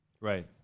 Right